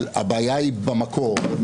אבל הבעיה היא במקור,